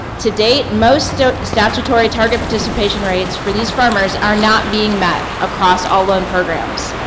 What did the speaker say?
today, most statutory target participation rates for these farmers are not being met across all loan programs.